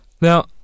Now